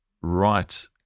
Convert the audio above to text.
right